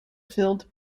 filled